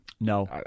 no